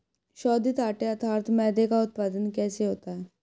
शोधित आटे अर्थात मैदे का उत्पादन कैसे होता है?